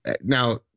Now